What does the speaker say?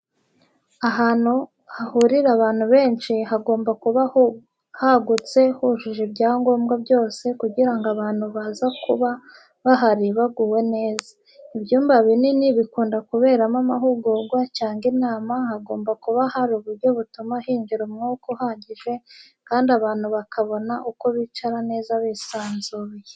Ahantu hahurira abantu benshi hagomba kuba hagutse hujujwe ibyangombwa byose kugira ngo abantu baza kuba bahari bagubwe neza. Ibyumba binini bikumda kuberamo amahugurwa cyangwa inama hagomba kuba hari uburyo butuma hinjira umwuka uhagije kandi abantu bakabona uko bicara neza bisanzuye.